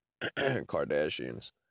Kardashians